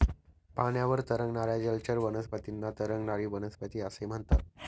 पाण्यावर तरंगणाऱ्या जलचर वनस्पतींना तरंगणारी वनस्पती असे म्हणतात